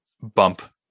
bump